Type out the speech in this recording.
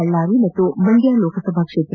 ಬಳ್ಳಾರಿ ಮತ್ತು ಮಂಡ್ಯ ಲೋಕಸಭಾ ಕ್ಷೇತ್ರ